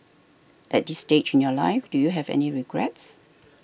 at this stage in your life do you have any regrets